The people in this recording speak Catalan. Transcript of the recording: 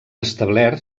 establert